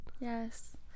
Yes